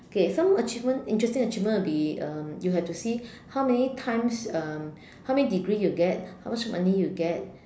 okay some achievement interesting achievements would be um you have to see how many times um how many degree you get how much money you get